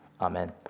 Amen